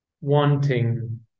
wanting